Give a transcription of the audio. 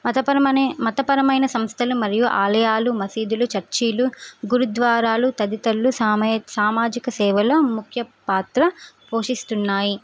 మతపరమనే మతపరమైన సంస్థలు మరియు ఆలయాలు మసీదులు చర్చీలు గురుద్వారాలు తదితరులు సామ సామాజిక సేవలో ముఖ్య పాత్ర పోషిస్తున్నాయి